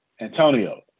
Antonio